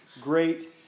Great